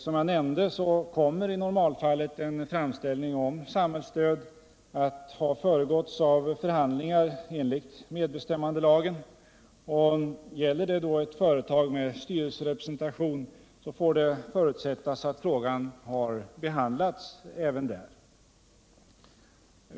Som jag nämnde kommer i normalfallet en framställning om samhällsstöd att ha föregåtts av förhandlingar enligt medbestämmandelagen. Gäller framställningen ett företag med styrelserepresentation får det förutsättas att frågan har behandlats även där.